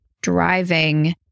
driving